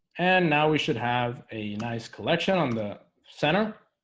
and now we should have a nice collection on the center